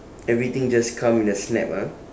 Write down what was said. everything just come in a snap ah